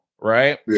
right